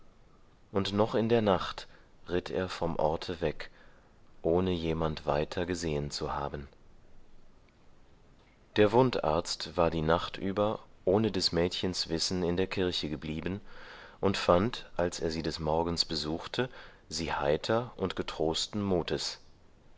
und noch in der nacht ritt er vom orte weg ohne jemand weiter gesehen zu haben der wundarzt war die nacht über ohne des mädchens wissen in der kirche geblieben und fand als er sie des morgens besuchte sie heiter und getrosten mutes